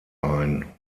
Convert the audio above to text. ein